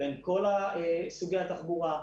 כל סוגי התחבורה,